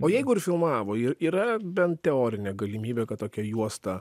o jeigu ir filmavo yr yra bent teorinė galimybė kad tokia juosta